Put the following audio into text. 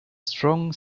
strong